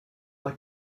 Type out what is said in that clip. like